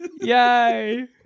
Yay